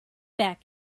back